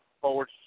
forward